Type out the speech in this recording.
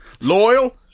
loyal